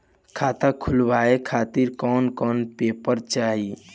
खाता खुलवाए खातिर कौन कौन पेपर चाहीं?